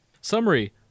Summary